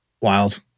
Wild